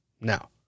now